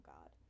God